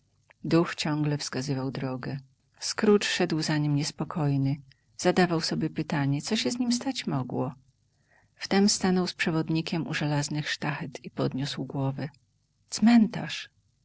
duch ciągle wskazywał drogę scrooge szedł za nim niespokojny zadawał sobie pytanie co się z nim stać mogło wtem stanął z przewodnikiem u żelaznych sztachet i podniósł głowę cmentarz